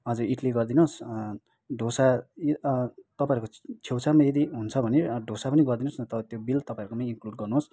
हजुर इटली गरिदिनोस् ढोसा तपाईँहरूको छेउछाउमा यदि हुन्छ भने ढोसा पनि गरिदिनोस् न तर त्यो बिल तपाईँहरूकोमै इन्कलुड गर्नुहोस्